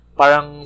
parang